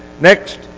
next